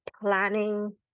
planning